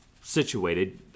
situated